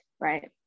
right